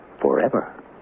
forever